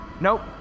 Nope